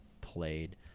played